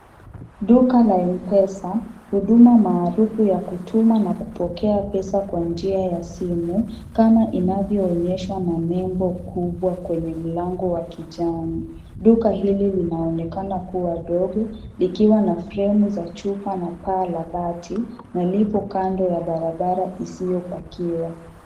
Duka la mpesa. Ni jina maarufu ya kutuma na kupokea pesa kwa njia ya simu kama inavyo onyeshwa na nembo kubwa kwenye mlango wa kijani. Duka hili linaonekana kuwa dogo. Likiwa na fremu za chuma na paa la bati na lipo kando ya barabara isiyopakiwa.